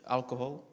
Alcohol